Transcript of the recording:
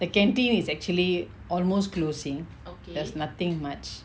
the canteen is actually almost closing there's nothing much